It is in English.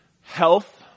health